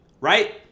Right